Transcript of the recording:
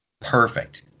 perfect